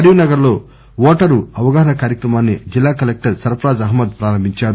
కరీంనగర్లో ఓటర్ అవగాహన కార్యక్రమాన్ని జిల్లా కలెక్టర్ సర్పరాజ్ అహ్మద్ ప్రారంభించారు